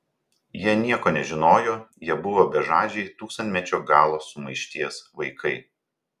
jie nieko nežinojo jie buvo bežadžiai tūkstantmečio galo sumaišties vaikai